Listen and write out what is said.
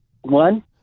one